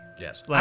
Yes